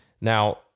Now